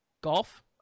Golf